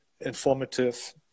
informative